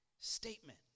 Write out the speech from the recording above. statement